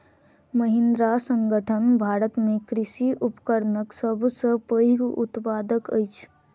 महिंद्रा संगठन भारत में कृषि उपकरणक सब सॅ पैघ उत्पादक अछि